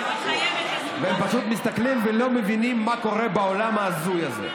והם פשוט מסתכלים ולא מבינים מה קורה בעולם ההזוי הזה,